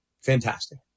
Fantastic